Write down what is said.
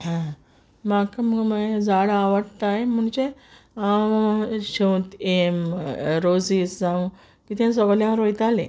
म्हाका मुगो बाये झाडां आवडटाय म्हुणजे हांव शेंवतें हें रोजीस जावं कितेंय सगलें हांव रोयतालें